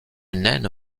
naine